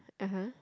(uh huh)